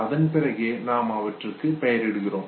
அதன் பிறகே நாம் அவற்றுக்கு பெயரிடுகிறோம்